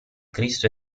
cristo